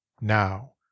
Now